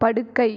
படுக்கை